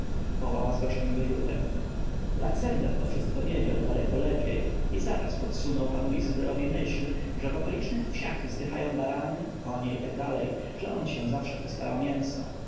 wołała z gorzkim wyrzutem laksender to wszystko wiedział daleko lepiej i zaraz podsunął panu izydorowi myśl że w okolicznych wsiach zdychają barany konie i t d że on się zawsze postara o mięso